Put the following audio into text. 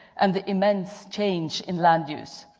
and the immense change in land use.